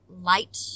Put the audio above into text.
light